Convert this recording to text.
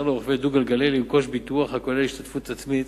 לרוכבי דו-גלגלי לרכוש ביטוח הכולל השתתפות עצמית